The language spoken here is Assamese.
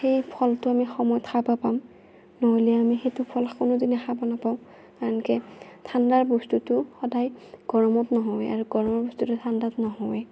সেই ফলটো আমি সময়ত খাব পাম নহ'লে আমি সেইটো ফল কোনোদিনে খাব নাপাওঁ কাৰণ কিয় ঠাণ্ডাৰ বস্তুটো সদায় গৰমত নহয় আৰু গৰমৰ বস্তুটো ঠাণ্ডাত নহয়